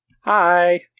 Hi